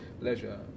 leisure